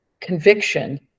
conviction